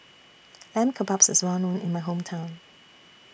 Lamb Kebabs IS Well known in My Hometown